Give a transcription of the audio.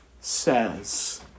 says